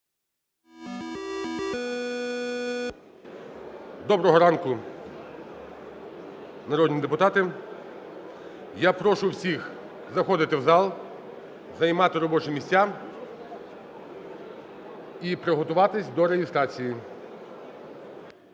Доброго ранку, народні депутати! Я прошу всіх заходити в зал, займати робочі місця і приготуватись до реєстрації.